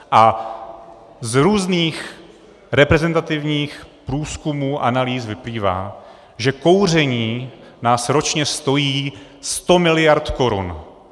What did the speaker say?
A z různých reprezentativních průzkumů, analýz vyplývá, že kouření nás ročně stojí 100 mld. korun.